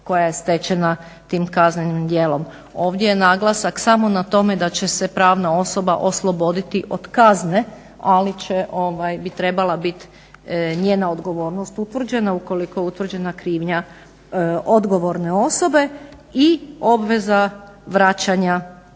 koja je stečena tim kaznenim djelom. Ovdje je naglasak samo na tome da će se pravna osoba osloboditi od kazne ali bi trebala biti njena odgovornost utvrđena ukoliko je utvrđena krivnja odgovorne osobe i obveza vraćanja